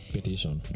Petition